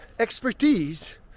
Expertise